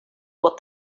what